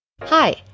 Hi